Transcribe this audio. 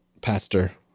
Pastor